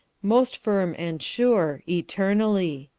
most firm and sure, eternally.